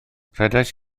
rhedais